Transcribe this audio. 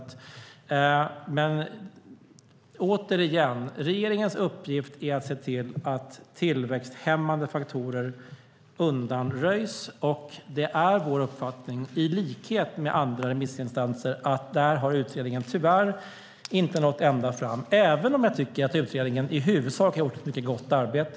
Återigen: Regeringens uppgift är att se till att tillväxthämmande faktorer undanröjs. Det är vår uppfattning, i likhet med andra remissinstanser, att utredningen där tyvärr inte nått ända fram, även om jag tycker att utredningen i huvudsak gjort ett mycket gott arbete.